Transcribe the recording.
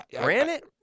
granite